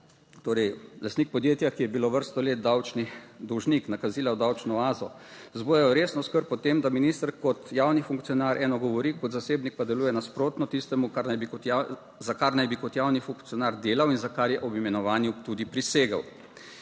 torej lastnik podjetja, ki je bilo vrsto let davčni dolžnik, nakazila v davčno oazo vzbujajo resno skrb o tem, da minister kot javni funkcionar eno govori, kot zasebnik pa deluje nasprotno tistemu, kar naj bi kot, za kar naj bi kot javni funkcionar delal in za kar je ob imenovanju tudi prisegel.